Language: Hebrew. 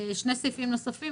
שני סעיפים נוספים.